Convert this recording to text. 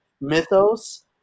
mythos